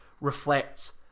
reflects